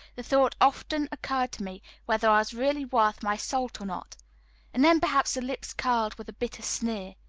the thought often occurred to me whether i was really worth my salt or not and then perhaps the lips curled with a bitter sneer.